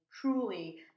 truly